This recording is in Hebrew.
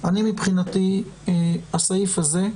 מבחינתי, עברנו את הסעיף הזה,